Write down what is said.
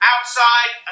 Outside